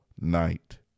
night